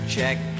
Check